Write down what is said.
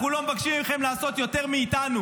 אנחנו לא מבקשים מכם לעשות יותר מאיתנו.